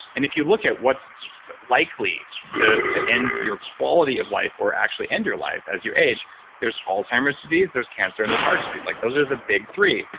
and if you look at what's likely to to end your quality of life, or actually end your life as you age there's alzheimer's disease, there's cancer, and there's heart disease. like those are the big three.